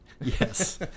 Yes